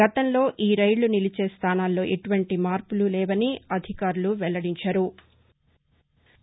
గతంలో ఈరైళ్లు నిలిచే స్థానాల్లో ఎటువంటి మార్పులు లేవని అధికారులు వెల్లడించారు